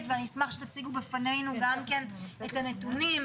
ואני אשמח שתציגו בפנינו גם כן את הנתונים,